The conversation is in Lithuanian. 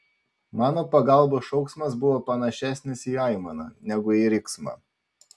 mano pagalbos šauksmas buvo panašesnis į aimaną negu į riksmą